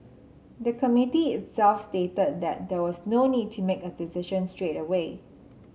the Committee itself stated that there was no need to make a decision straight away